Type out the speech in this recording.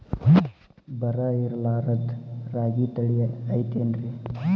ಬರ ಇರಲಾರದ್ ರಾಗಿ ತಳಿ ಐತೇನ್ರಿ?